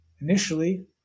initially